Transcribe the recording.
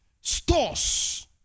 stores